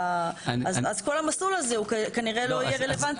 כל המסלול הזה הוא כנראה לא יהיה רלוונטי.